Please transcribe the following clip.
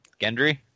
Gendry